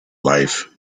life